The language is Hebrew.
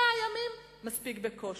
100 ימים, מספיק בקושי.